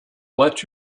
let